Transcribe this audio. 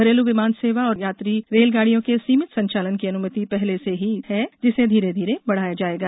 घरेलू विमान सेवा और यात्री रेलगाड़ियों के सीमित संचालन की अनुमति पहले से ही है जिसे धीरे धीरे बढ़ाया जाएगा